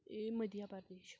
Madhya Pradesh